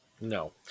No